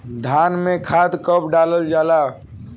धान में खाद कब डालल जाला?